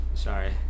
Sorry